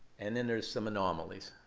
and then there's some anomalies.